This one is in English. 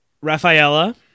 Rafaela